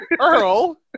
Earl